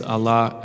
Allah